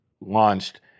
launched